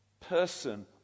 person